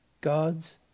God's